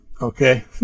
Okay